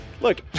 Look